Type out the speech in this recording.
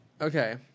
Okay